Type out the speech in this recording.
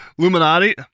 luminati